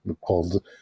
called